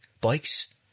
bikes